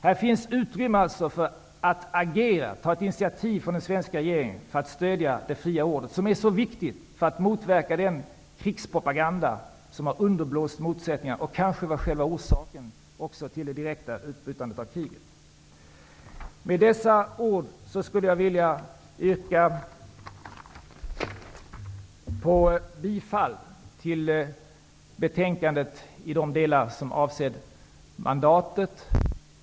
Här finns utrymme för att agera och att ta initiativ från den svenska regeringens sida för att stödja det fria ordet, något som är så viktigt för att motverka den krigspropaganda som har underblåst motsättningar och som kanske var själva orsaken till det direkta utbrytandet av kriget. Fru talman! Med dessa ord vill jag yrka bifall till utskottets hemställan i de delar som avser mandatet.